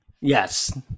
Yes